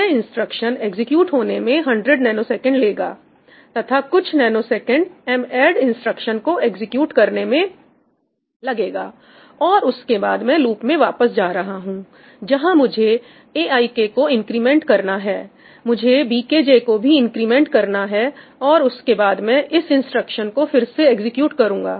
यह instruction execute होने में 100 नैनोसेकेंड्स लेगा तथा कुछ नैनोसेकंड madd इंस्ट्रक्शन को एग्जीक्यूट करने में लगेगा और उसके बाद मैं लूप में वापस जा रहा हूं जहां मुझे aik को इंक्रीमेंट करना है मुझे bkj को भी इंक्रीमेंट करना है और उसके बाद मैं इस इंस्ट्रक्शन को फिर से एग्जीक्यूट करूंगा